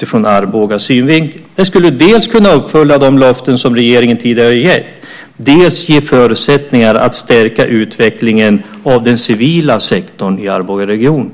som mycket intressant. Det skulle dels uppfylla de löften som regeringen tidigare har gett, dels ge förutsättningar att stärka utvecklingen av den civila sektorn i Arbogaregionen.